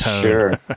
Sure